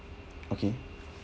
okay